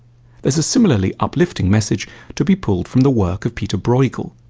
there's a similarly uplifting message to be pulled from the work of pieter brueghel.